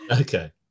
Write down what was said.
Okay